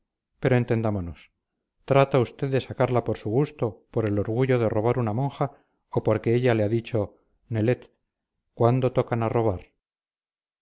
pero entendámonos trata usted de sacarla por su gusto por el orgullo de robar una monja o porque ella le ha dicho nelet cuándo tocan a robar